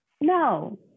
No